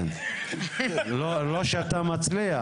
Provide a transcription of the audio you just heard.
לא שאתה מצליח.